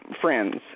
friends